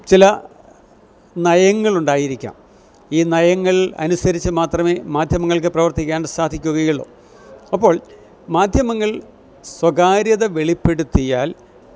ചില നയങ്ങളുണ്ടായിരിക്കാം ഈ നയങ്ങൾ അനുസരിച്ച് മാത്രമേ മാധ്യമങ്ങൾക്ക് പ്രവർത്തിക്കണ്ട സാധിക്കുകയുള്ളു അപ്പോൾ മാധ്യമങ്ങൾ സ്വകാര്യത വെളിപ്പെടുത്തിയാൽ